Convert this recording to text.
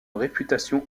réputation